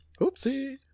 Oopsie